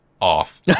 off